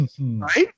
Right